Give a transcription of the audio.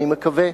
אני מקווה,